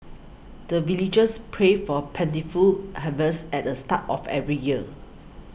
the villagers pray for plentiful harvest at the start of every year